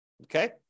Okay